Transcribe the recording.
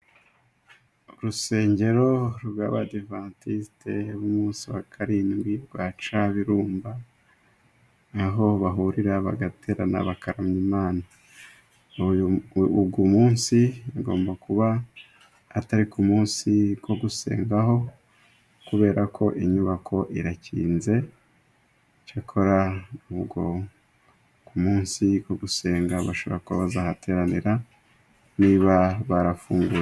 Urusengero rw'abadivatisite b'umunsi wa karindwi rwa Cyabirumba, aho bahurira bagaterana bakaramya Imana, uyu munsi ugomba kuba atari ku munsi wo gusengaho, kubera ko inyubako irakinze, cyakora ubwo ku munsi wo gusenga bashobora kuba bazahateranira niba barafunguye.